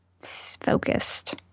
focused